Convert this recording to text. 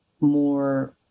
more